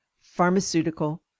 pharmaceutical